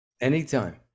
Anytime